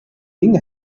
ging